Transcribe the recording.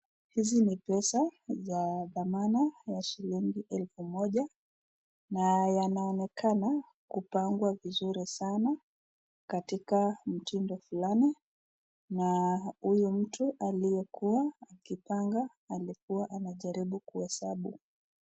Hizi ni pesa ya dhamana ya shilingi elfu moja na yanaonekana kupagwa vizuri sana katika mtindo fulani na na huyu mtu alikuwa akipanga alikuwa anajaribu kuesabu.